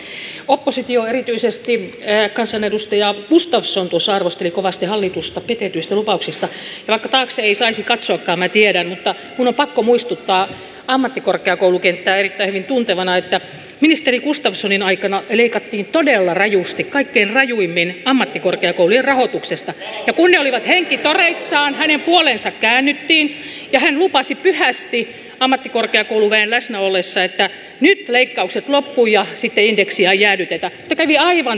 oppositio ja erityisesti kansanedustaja gustafsson tuossa arvostelivat kovasti hallitusta petetyistä lupauksista ja vaikka taakse ei saisi katsoakaan sen minä tiedän minun on pakko muistuttaa ammattikorkeakoulukenttää erittäin hyvin tuntevana että ministeri gustafssonin aikana leikattiin todella rajusti kaikkein rajuimmin ammattikorkeakoulujen rahoituksesta ja kun ne olivat henkitoreissaan hänen puoleensa käännyttiin ja hän lupasi pyhästi ammattikorkeakouluväen läsnä ollessa että nyt leikkaukset loppuvat ja sitten indeksiä ei jäädytetä mutta kävi aivan täysin päinvastoin